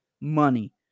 Money